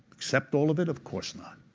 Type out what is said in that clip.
accept all of it? of course not.